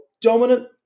dominant